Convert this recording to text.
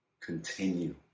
continue